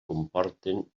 comporten